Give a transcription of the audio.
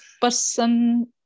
person